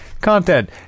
content